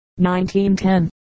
1910